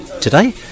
today